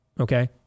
Okay